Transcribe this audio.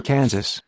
Kansas